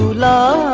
la